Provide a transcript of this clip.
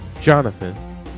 Jonathan